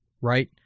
right